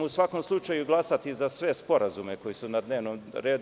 U svakom slučaju, glasaćemo za sve sporazume koji su na dnevnom redu.